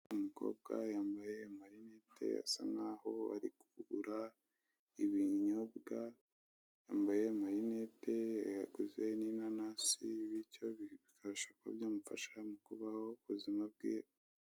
Umukobwa wambaye amarinete asa nkaho ari kurunda ibinyobwa, yambaye amarinete yaguze n'inanasi bityo bimufasha kubaho ubuzima bwe.